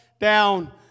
down